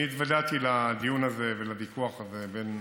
התוודעתי לדיון הזה ולוויכוח הזה בין